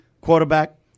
quarterback